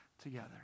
together